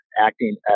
acting